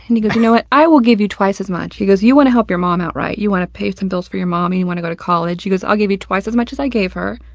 and you know what? i will give you twice as much. he goes, you wanna help your mom out, right? you wanna pay some bills for your mom, you wanna go to college? he goes, i'll give you twice as much as i gave her,